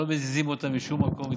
לא מזיזים אותה לשום מקום,